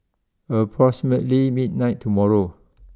approximately midnight tomorrow